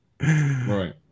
Right